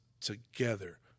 together